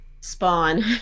spawn